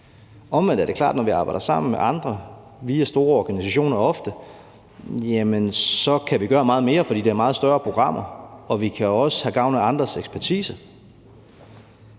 Omvendt er det klart, at når vi arbejder sammen med andre via ofte store organisationer, kan vi gøre meget mere, fordi det er meget større programmer, og vi kan også have gavn af andres ekspertise.